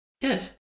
Yes